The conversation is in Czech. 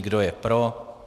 Kdo je pro?